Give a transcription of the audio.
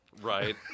Right